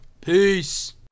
Peace